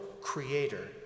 creator